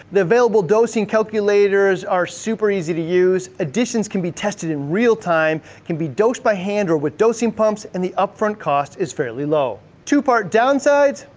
the available dosing calculators are super easy to use. additions can be tested in real time, can be dosed by hand or with dosing pumps, and the up front cost is fairly low. two-part downsides,